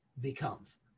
becomes